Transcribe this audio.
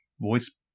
voice